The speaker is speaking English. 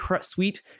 sweet